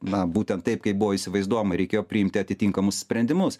na būtent taip kaip buvo įsivaizduojama ir reikėjo priimti atitinkamus sprendimus